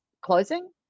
closing